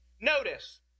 notice